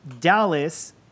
Dallas